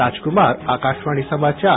राजकुमार आकाशवाणी समाचार